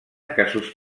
casos